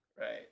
Right